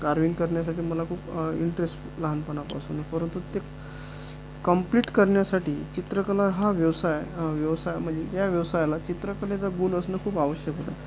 carving करण्यासाठी मला खूप इंट्रेस्ट लहानपणापासून परंतु ते कंप्लीट करण्यासाठी चित्रकला हा व्यवसाय व्यवसाय म्हणजे या व्यवसायाला चित्रकलेचा गुण असणं खूप आवश्यक होतं